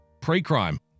Pre-crime